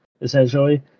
essentially